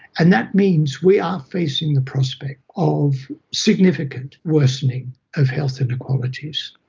and that means we are facing the prospect of significant worsening of health inequalities,